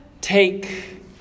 Take